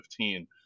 2015